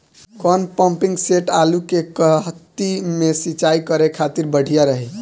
कौन pumping set आलू के कहती मे सिचाई करे खातिर बढ़िया रही?